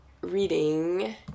reading